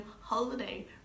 holiday